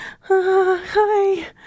Hi